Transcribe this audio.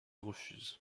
refuse